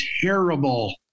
terrible